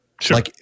Sure